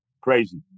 Crazy